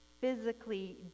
physically